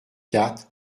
quatre